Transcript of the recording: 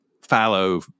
fallow